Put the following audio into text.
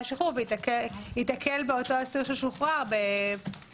השחרור והוא יתקל באותו אסיר ששוחרר בפועל.